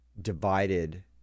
divided